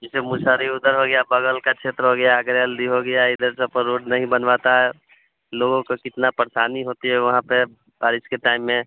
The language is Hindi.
जैसे मुशहरी उधर हो गया बगल का क्षेत्र हो गया हो गया इधर सब पर रोड नहीं बनवाता लोगों को कितनी परेशानी होती है वहाँ पर बारिश के टाइम में